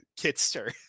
Kitster